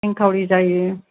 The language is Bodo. इनकुवेरि जायो